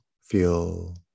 feel